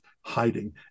hiding